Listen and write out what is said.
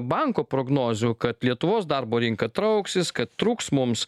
banko prognozių kad lietuvos darbo rinka trauksis kad trūks mums